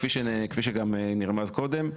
כפי שגם נרמז קודם,